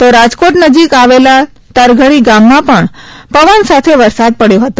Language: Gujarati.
તો રાજકોટ નજીક આવેલ તરઘડી ગામમાં પણ પવન સાથે વરસાદ પડચો હતો